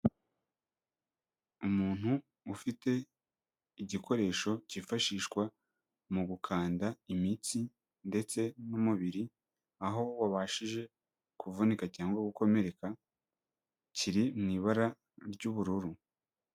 Umuntu ufite igikoresho kifashishwa mu gukanda imitsi ndetse n'umubiri, aho wabashije kuvunika cyangwa gukomereka kiri mu ibara ry'ubururu.